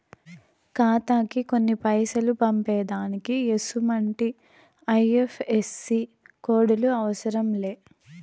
ఖాతాకి కొన్ని పైసలు పంపేదానికి ఎసుమంటి ఐ.ఎఫ్.ఎస్.సి కోడులు అవసరం లే